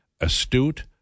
astute